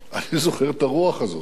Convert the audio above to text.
אני זוכר את הרוח הזאת שלו,